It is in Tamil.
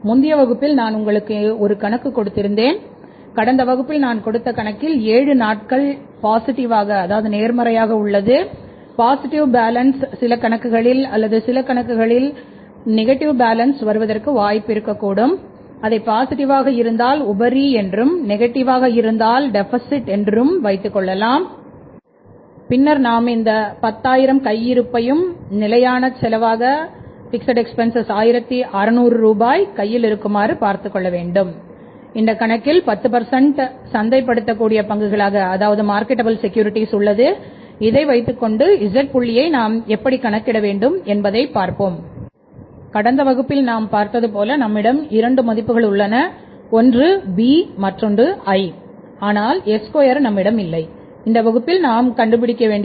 எனவே முந்தைய வகுப்பில் நான் உங்களுக்கு இந்த கணக்கு கொடுத்தேன் கடந்த வகுப்பில் நான் கொடுத்த கணக்கில் 7 நாட்கள் நேர்மறையான சில கணக்குகளில் அல்லது சில நாட்களில் நமக்கு பாசிட்டிவ்வாக என்றும் வைத்துக்கொள்ளவேண்டும் பின்னர் நாம் இந்த 10000 கையிருப்பையும் நிலையான செலவாக 1600 ரூபாய் கையில் இருக்குமாறு பார்த்துக் கொள்ள வேண்டும் அந்த கணக்கில் பத்து பர்சன்ட் உள்ளது இதை வைத்துக்கொண்டு z புள்ளியை நாம் எப்படி கணக்கிட வேண்டும் என்பதை பார்ப்போம் கடந்த வகுப்பில் நாம் பார்த்தது போல நம்மிடம் இரண்டு மதிப்புகள் உள்ளன ஒன்று b மற்றொன்று i ஆனால் S2நம்மிடம் இல்லை இந்த வகுப்பில் நாம் கண்டுபிடிக்க வேண்டும்